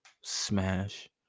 smash